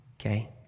Okay